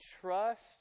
trust